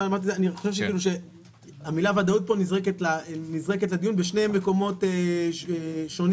אני חושב שהמילה ודאות פה נזרקת לדיון בשני מקומות שונים.